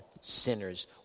sinners